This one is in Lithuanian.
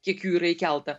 kiek jų yra įkelta